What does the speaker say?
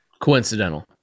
coincidental